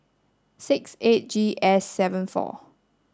six eight G S seven four